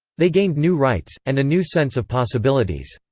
they gained new rights, and a new sense of possibilities.